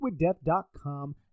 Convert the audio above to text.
liquiddeath.com